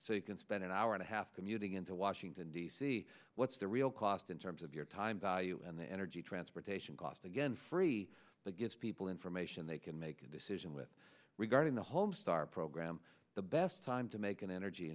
so you can spend an hour and a half commuting into washington d c what's the real cost in terms of your time value and the energy transportation cost again free that gives people information they can make a decision with regarding the home star program the best time to make an energy